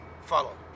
follow